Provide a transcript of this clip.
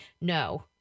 no